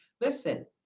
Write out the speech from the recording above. listen